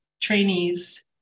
trainees